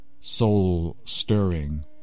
soul-stirring